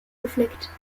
gefleckt